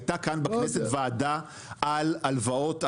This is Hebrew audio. הייתה כאן בכנסת ועדה על הלוואות,